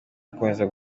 azakomeza